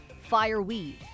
fireweed